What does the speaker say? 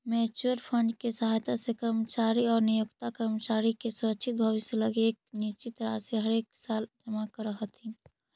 mutual fund के सहायता से कर्मचारी आउ नियोक्ता कर्मचारी के सुरक्षित भविष्य लगी एक निश्चित राशि हरेकसाल जमा करऽ हथिन